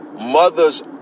Mothers